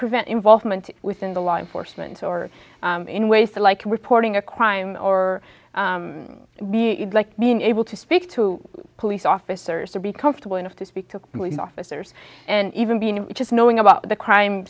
prevent involvement within the law enforcement or in ways that like reporting a crime or me like being able to speak to police officers to be comfortable enough to speak openly officers and even being just knowing about the crime